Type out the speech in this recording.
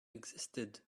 existed